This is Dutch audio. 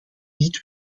niet